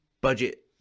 budget